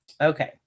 Okay